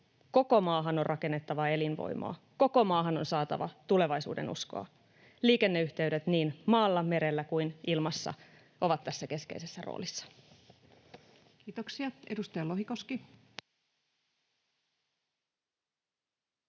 Koko maahan on rakennettava elinvoimaa. Koko maahan on saatava tulevaisuudenuskoa. Liikenneyhteydet niin maalla, merellä kuin ilmassa ovat tässä keskeisessä roolissa. [Speech 415] Speaker: